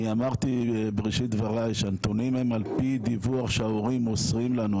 אני אמרתי בראשית דברי שהנתונים הם על פי דיווח שההורים מוסרים לנו,